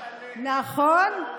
חיים ביבס אחר כך פתח מתחם שלם לאוטיזם,